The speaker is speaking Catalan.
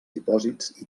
dipòsits